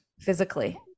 physically